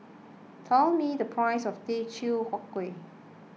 tell me the price of Teochew Huat Kueh